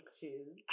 choose